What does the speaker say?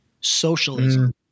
socialism